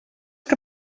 que